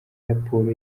raporo